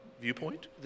Viewpoint